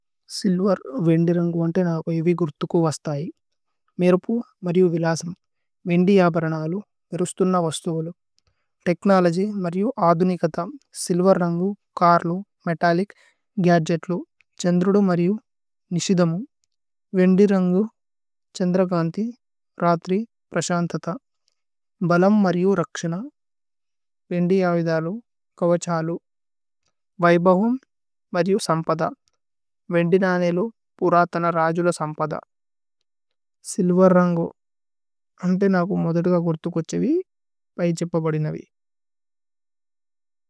Silver വേന് ദിരന്ഗു അന്തേന് അകയി വി ഗുരുത്കു। വസ്ഥയി മേരുപു മരിയു വിലസമ് വേന്ദി। അപരനലു വിരുസ്തുന്ന വസ്ഥുവലു തേക്നോലോഗ്യ്। മരിയു അദുനികഥ സില്വര് രന്ഗു കര്ലു മേതല്ലിച്। ഗ്യാര്ജേത്ലു ഛേന്ദ്രുദ മരിയു നിശിദമു വേന്। ദിരന്ഗു ഛേന്ദ്രകന്തി രത്രി പ്രശന്തഥ ബലമ് മരിയു രക്ശിന വേന്ദി അവിദലു കോവഛലു।